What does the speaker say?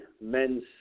men's